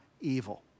evil